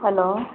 hello